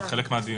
זה חלק מהדיון.